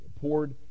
poured